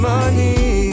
Money